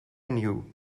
knew